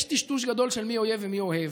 יש טשטוש גדול של מי אויב ומי אוהב.